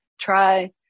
Try